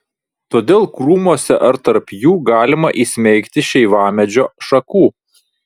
todėl krūmuose ar tarp jų galima įsmeigti šeivamedžio šakų